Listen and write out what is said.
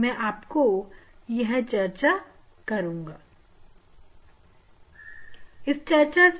अब मैं आपसे यह चर्चा करूंगा